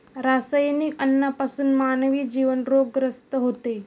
रासायनिक अन्नापासून मानवी जीवन रोगग्रस्त होते